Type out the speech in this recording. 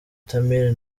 tamil